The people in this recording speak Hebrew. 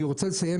אני רוצה לסיים